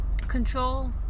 control